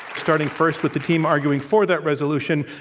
starting first with the team arguing for that resolution.